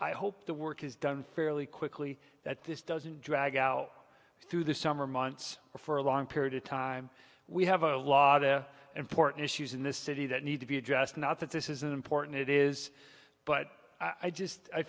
i hope the work is done fairly quickly that this doesn't drag out through the summer months or for a long period of time we have a lot of important issues in this city that need to be addressed not that this is an important it is but i just i